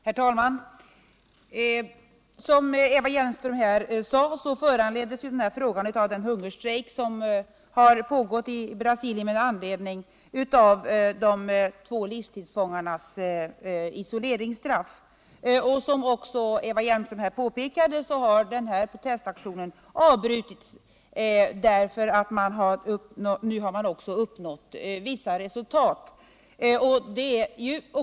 Herr talman! Eva Hjelmström påpekade att hennes fråga föranleddes av den hungerstrejk som har pågått i Brasilicn med anledning av de två livstidsfångarnas isoleringsstraff. Protestaktionen har, som Eva Hjelmström också sade, avbrutits därför att man nu har uppnått vissa resultat.